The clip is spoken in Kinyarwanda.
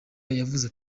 yavuze